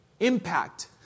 Impact